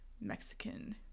Mexican